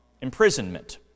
imprisonment